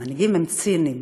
המנהיגים הם ציניים,